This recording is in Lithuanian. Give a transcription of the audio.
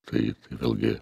tai vėlgi